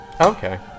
Okay